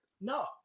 No